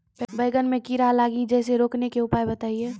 बैंगन मे कीड़ा लागि जैसे रोकने के उपाय बताइए?